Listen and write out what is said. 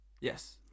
Yes